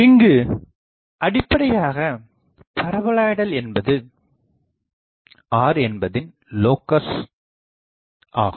இங்கு அடிப்படையாகப் பரபோலாய்டல் என்பது r என்பதின் லோகஸ் ஆகும்